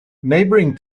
neighbouring